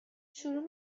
شروع